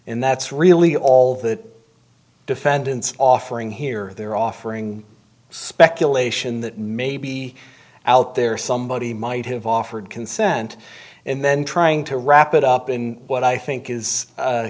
and that's really all the defendants offering here they're offering speculation that maybe out there somebody might have offered consent and then trying to wrap it up in what i think is a